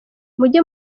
muge